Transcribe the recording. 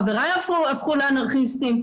חבריי הפכו לאנרכיסטים,